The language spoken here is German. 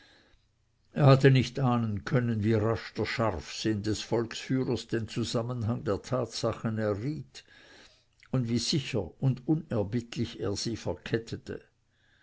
er hatte nicht ahnen können wie rasch der scharfsinn des volksführers den zusammenhang der tatsachen erriet und wie sicher und unerbittlich er sie verkettete